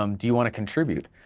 um do you want to contribute.